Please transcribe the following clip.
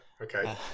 Okay